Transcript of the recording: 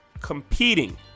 Competing